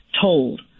told